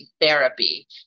therapy